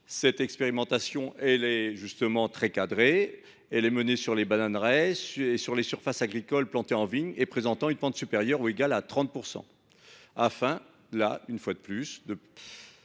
Cette expérimentation est justement très cadrée : elle est menée sur les bananeraies et sur des surfaces agricoles plantées en vigne et présentant une pente supérieure ou égale à 30 %, afin d’obtenir des